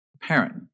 Parent